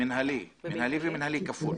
במנהלי ומנהלי כפול.